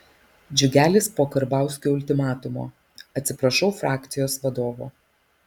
džiugelis po karbauskio ultimatumo atsiprašau frakcijos vadovo